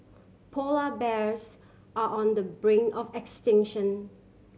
polar bears are on the brink of extinction